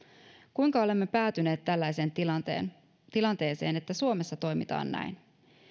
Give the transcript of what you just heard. kuinka olemme päätyneet tällaiseen tilanteeseen että suomessa toimitaan näin